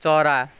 चरा